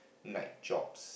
night jobs